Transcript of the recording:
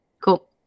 cool